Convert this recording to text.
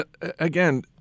again